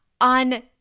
on